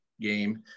game